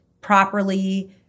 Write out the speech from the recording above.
properly